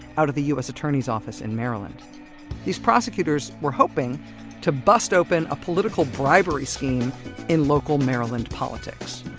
out of the us attorney's office in maryland these prosecutors were hoping to bust open a political bribery scheme in local maryland politics